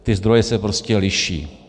Ty zdroje se prostě liší.